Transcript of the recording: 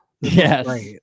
yes